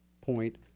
point